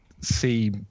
see